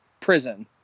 prison